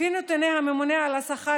לפי נתוני הממונה על השכר,